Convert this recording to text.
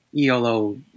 ELO